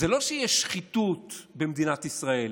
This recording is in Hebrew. זה לא שיש שחיתות במדינת ישראל,